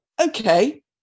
okay